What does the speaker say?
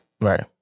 Right